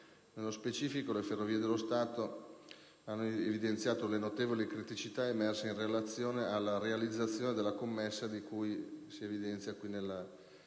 Nello specifico, Ferrovie dello Stato ha evidenziato le notevoli criticità emerse in relazione alla realizzazione della commessa di cui si evidenziano i principali